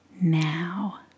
now